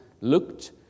looked